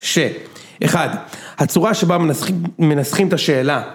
שאחד, הצורה שבה מנסחים את השאלה